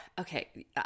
Okay